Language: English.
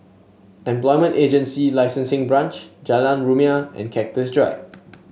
Employment Agency Licensing Branch Jalan Rumia and Cactus Drive